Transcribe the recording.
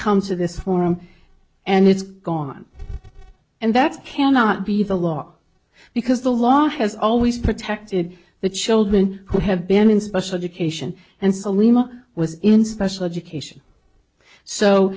come to this forum and it's gone and that's cannot be the law because the law has always protected the children who have been in special education and salema was inspection education so